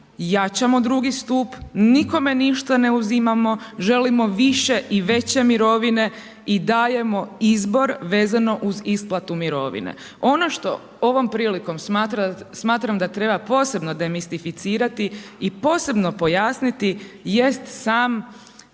jačamo II stup, nikome ništa ne uzimamo, želimo više i veće mirovine i dajemo izbor vezano uz isplatu mirovine. Ono što ovom prilikom smatram da treba posebno demistificirati i posebno pojasniti jest sam